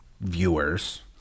viewers